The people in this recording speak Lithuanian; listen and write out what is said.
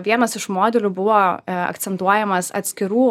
vienas iš modelių buvo akcentuojamas atskirų